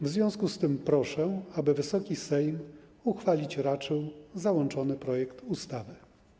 W związku z tym proszę, aby Wysoki Sejm uchwalić raczył załączony projekt ustawy.